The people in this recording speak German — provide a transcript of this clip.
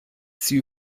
sie